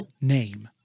name